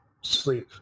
sleep